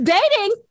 Dating